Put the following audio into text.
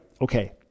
Okay